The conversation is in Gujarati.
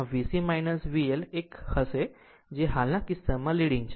આમ VC VL એ r હશે જે હાલના કિસ્સામાં લીડીગ છે